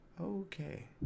Okay